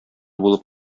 булып